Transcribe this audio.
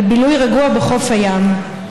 על בילוי רגוע בחוף הים.